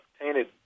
painted